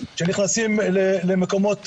כשנכנסים למקומות,